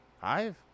Five